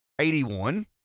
81